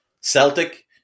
Celtic